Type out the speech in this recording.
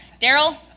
Daryl